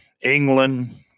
England